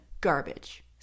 Garbage